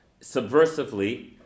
subversively